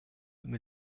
mais